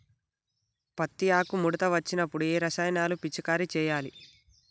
పత్తి ఆకు ముడత వచ్చినప్పుడు ఏ రసాయనాలు పిచికారీ చేయాలి?